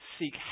seek